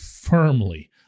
firmly